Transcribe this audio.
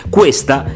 Questa